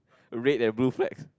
red and blue flags